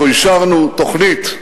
אנחנו אישרנו תוכנית,